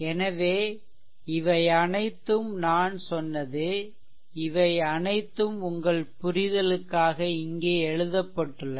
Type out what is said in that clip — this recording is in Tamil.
எனவே இவை அனைத்தும் நான் சொன்னது இவை அனைத்தும் உங்கள் புரிதலுக்காக இங்கே எழுதப்பட்டுள்ளன